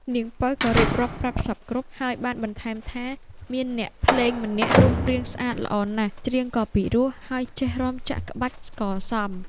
នាងពៅក៏រៀបរាប់ប្រាប់សព្វគ្រប់ ហើយបានបន្ថែមថា មានអ្នកភ្លេងម្នាក់រូបរាងស្អាតល្អណាស់ ច្រៀងក៏ពិរោះ ហើយចេះរាំចាក់ក្បាច់ក៏សម